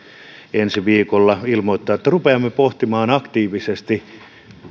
ensi viikolla ilmoittaa että rupeamme pohtimaan aktiivisesti